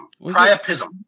Priapism